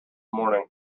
morning